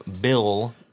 bill